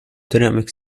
dynamic